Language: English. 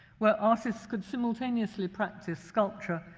where artists could simultaneously practice sculpture,